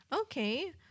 okay